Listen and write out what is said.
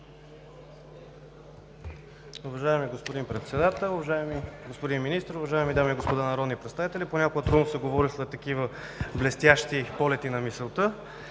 Уважаеми господин Председател, уважаеми господин Министър, уважаеми дами и господа народни представители! Понякога трудно се говори след такива блестящи полети на мисълта,